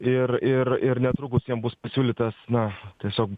ir ir ir netrukus jiem bus pasiūlytas na tiesiog